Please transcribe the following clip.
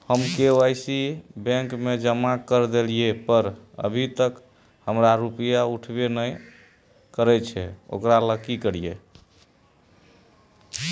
हम KYC bank में जाके जमा कर देलिए पर अभी तक हमर रुपया उठबे न करे है ओकरा ला हम अब की करिए?